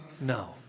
No